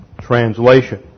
translation